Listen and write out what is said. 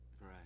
Right